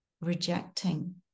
rejecting